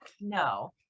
No